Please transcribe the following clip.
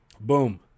boom